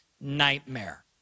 nightmare